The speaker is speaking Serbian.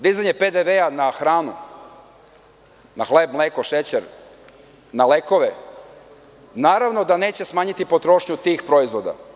Dizanje PDV-a na hranu, na hleb, mleko, šećer, lekove, naravno da neće smanjiti potrošnju tih proizvoda.